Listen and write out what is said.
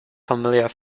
familiar